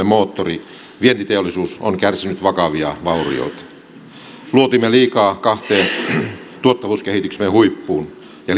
moottori vientiteollisuus on kärsinyt vakavia vaurioita luotimme liikaa ja liian pitkään kahteen tuottavuuskehityksemme huippuun